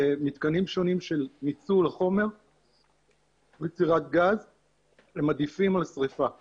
למתקנים שונים של ניצול החומר ליצירת גז עדיפה על שריפה ישירה,